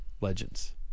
Legends